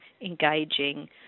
engaging